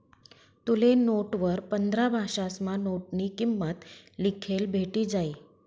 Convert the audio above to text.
तुले नोटवर पंधरा भाषासमा नोटनी किंमत लिखेल भेटी जायी